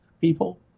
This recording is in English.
people